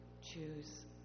choose